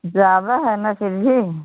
ज़्यादा है न फ़िर भी